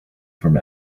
from